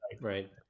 Right